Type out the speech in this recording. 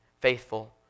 faithful